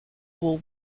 war